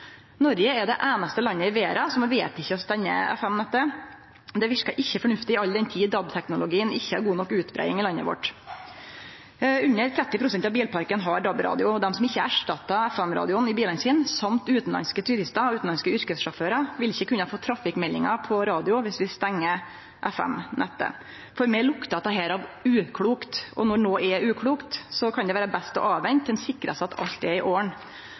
Noreg er det einaste landet i verda som har vedteke å stengje FM-nettet. Det verkar ikkje fornuftig all den tid DAB-teknologien ikkje har god nok utbreiing i landet vårt. Under 30 pst. av bilparken har DAB-radio. Dei som ikkje erstattar FM-radioen i bilane sine, og utanlandske turistar og utanlandske yrkessjåførar, vil ikkje kunne få trafikkmeldingar på radio viss vi stengjer FM-nettet. For meg luktar dette av uklokt. Og når noko er uklokt, kan det vere best å vente til ein sikrar seg at alt er i